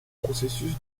processus